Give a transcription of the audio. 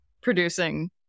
producing